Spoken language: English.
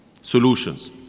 solutions